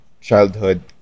Childhood